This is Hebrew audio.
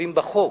גובים בחוק,